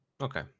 okay